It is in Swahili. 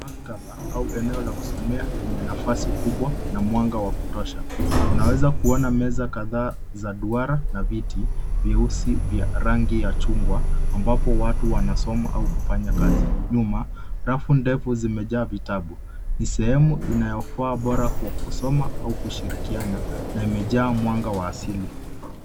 Maktaba au eneo la kusomea lenye nafasi kubwa na mwanga wa kutosha. Unaweza kuona meza kadhaa za duara na viti vyeusi vya rangi ya chungwa ambapo watu wanasoma au kufanya kazi. Nyuma, rafu ndefu zimejaa vitabu. Ni sehemu inayofaa bora kwa kusoma au kushirikiana na imejaa mwanga wa asili.